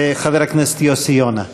חבר הכנסת יוסי יונה.